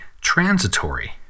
transitory